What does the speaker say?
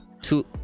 two